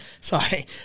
sorry